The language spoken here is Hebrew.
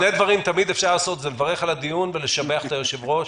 שני דברים תמיד אפשר לעשות: לברך על הדיון ולשבח את היושב-ראש,